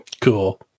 Cool